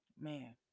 Man